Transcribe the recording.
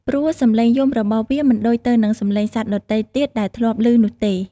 ព្រោះសំឡេងយំរបស់វាមិនដូចទៅនឹងសំឡេងសត្វដទៃទៀតដែលធ្លាប់លឺនោះទេ។